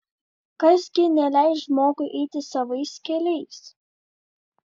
kas gi neleis žmogui eiti savais keliais